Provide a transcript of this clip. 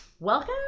Welcome